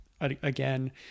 again